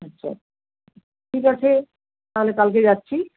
আচ্ছা ঠিক আছে তাহলে কালকে যাচ্ছি